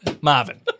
Marvin